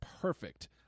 perfect